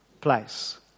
place